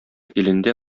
илендә